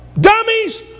dummies